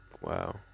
wow